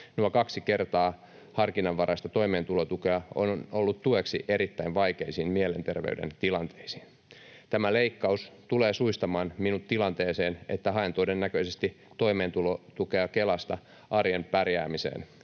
Nuo kaksi kertaa harkinnanvaraista toimeentulotukea on ollut tueksi erittäin vaikeisiin mielenterveyden tilanteisiin. Tämä leikkaus tulee suistamaan minut tilanteeseen, että haen todennäköisesti toimeentulotukea Kelasta arjen pärjäämiseen.